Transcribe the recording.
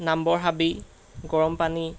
নাম্বৰহাবি গৰম পানী